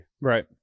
Right